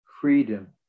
freedom